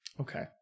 Okay